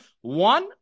one